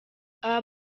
abo